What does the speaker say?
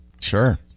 Sure